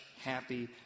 happy